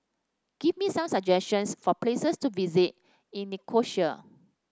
give me some suggestions for places to visit in Nicosia